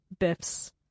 biffs